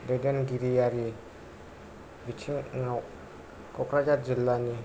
दैदेनगिरियारि बिथिङाव कक्राझार जिल्लानि